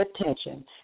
attention